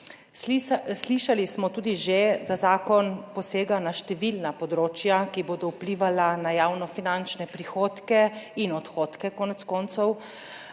Slišali smo tudi že, da zakon posega na številna področja, ki bodo vplivala na javnofinančne prihodke in odhodke, konec koncev,